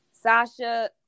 Sasha